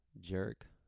jerk